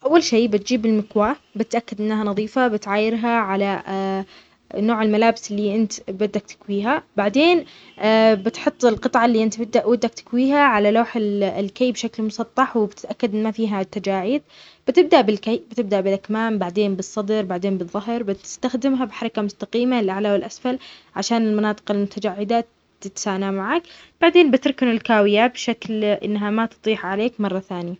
أول شي بتجيب المكواة بتأكد إنها نظيفة، بتعايرها على نوع الملابس اللي إنت بدك تكويها، بعدين بتحط القطعة اللي أنت بدها -ودك تكويها على لوح ال -الكي بشكل مسطح، وبتتأكد إن ما فيها التجاعيد بتبدأ بالكي، بتبدأ بالأكمام بعدين بالصدر، بعدين بالظهر بتستخدمها بحركة مستقيمة الأعلى والأسفل عشان المناطق المتجعدات تتسانا معك، بعدين بتركن الكاوية بشكل إنها ما تطيح على تطيح عليك مرة ثانيه.